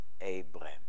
Abraham